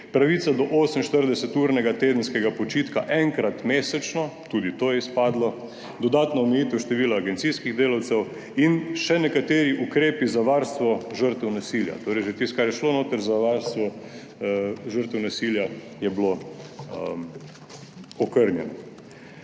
pravica do 48-urnega tedenskega počitka enkrat mesečno, tudi to je izpadlo, dodatna omejitev števila agencijskih delavcev in še nekateri ukrepi za varstvo žrtev nasilja. Torej, že tisto, kar je šlo noter za varstvo žrtev nasilja, je bilo okrnjeno.